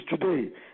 today